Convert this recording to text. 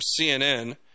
CNN